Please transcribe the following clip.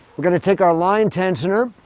i'm going to take our line tensioner.